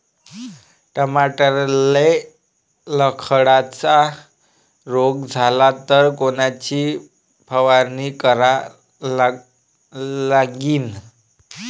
टमाट्याले लखड्या रोग झाला तर कोनची फवारणी करा लागीन?